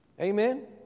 Amen